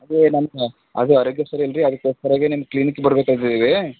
ಅದೇ ನಮ್ಮ ಅದು ಆರೋಗ್ಯ ಸರಿ ಇಲ್ಲ ರೀ ಅದಕೋಸ್ಕರ್ವಾಗೇ ನಿಮ್ಮ ಕ್ಲಿನಿಕ್ಗೆ ಬರ್ಬೇಕೂಂತಿದೀವಿ